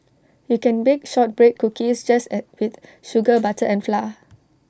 you can bake Shortbread Cookies just as with sugar butter and flour